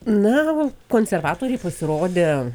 na konservatoriai pasirodė